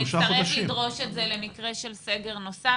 אנחנו נצטרך לדרוש את זה למקרה של סגר נוסף.